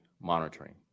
monitoring